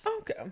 Okay